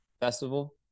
Festival